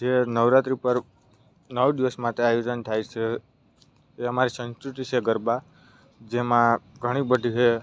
જે નવરાત્રી પર નવ દિવસ માટે આયોજન થાય છે જે અમારી સંસ્કૃતિ છે ગરબા જેમાં ઘણી બધી છે